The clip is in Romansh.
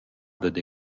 dad